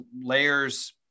layers